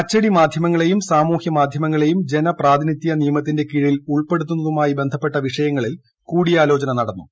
അച്ചടി മാധ്യമങ്ങളെയും സാമൂഹ്യ മാധ്യമങ്ങളെയും ജനപ്രാതിനിധ്യ നിയമത്തിന്റെ കീഴിൽ ഉൾപ്പെടുത്തുന്നതുമായി ബന്ധപ്പെട്ട വിഷയങ്ങളിൽ കൂടിയാലോചന നടന്നു